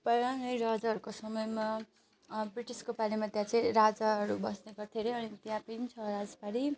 पहिला नै राजाहरूको समयमा ब्रिटिसको पालिमा त्यहाँ चाहिँ राजाहरू बस्ने गर्थ्यो अरे अनि त्यहाँ पनि छ राजबाडी